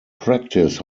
practice